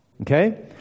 Okay